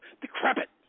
decrepit